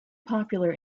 popular